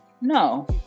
No